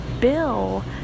Bill